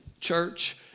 church